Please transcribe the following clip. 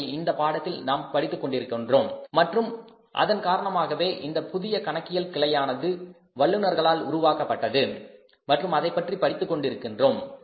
அவற்றை இந்தப் பாடத்தில் நாம் படித்து கொண்டிருக்கின்றோம் மற்றும் அதன் காரணமாகவே இந்த புதிய கணக்கியல் கிளையானது வல்லுனர்களால் உருவாக்கப்பட்டது மற்றும் அதைப்பற்றி நாம் படித்துக் கொண்டிருக்கிறோம்